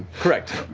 correct.